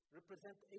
represent